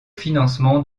financement